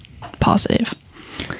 positive